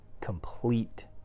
complete